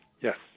Yes